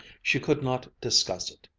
she could not discuss it,